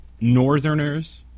Northerners